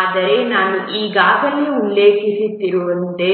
ಆದರೆ ನಾನು ಈಗಾಗಲೇ ಉಲ್ಲೇಖಿಸಿರುವಂತೆ